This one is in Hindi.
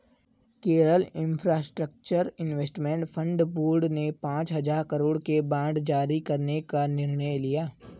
Kerala infrastructure investment fund board ने पांच हजार करोड़ के बांड जारी करने का निर्णय लिया